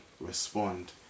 Respond